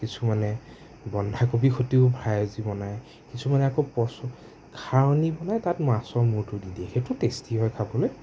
কিছুমানে বন্ধাকবিৰ সতিও ফ্ৰাইজ বনায় কিছুমানে আকৌ পচ খাৰনি পেলাই তাত মাছৰ মূৰটো দি দিয়ে সেইটো টেষ্টি হয় খাবলৈ